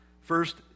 First